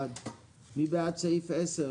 הצבעה סעיף 85(9)